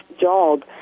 job